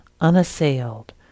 unassailed